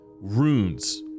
runes